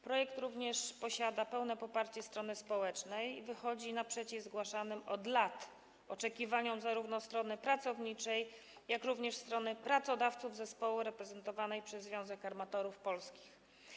Projekt posiada również pełne poparcie strony społecznej, wychodzi naprzeciw zgłaszanym od lat oczekiwaniom zarówno strony pracowniczej, jak i strony pracodawców zespołu, reprezentowanej przez Związek Armatorów Polskich.